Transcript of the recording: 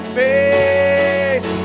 face